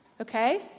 okay